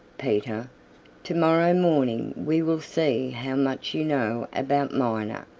peter, to-morrow morning we will see how much you know about miner,